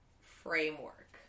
framework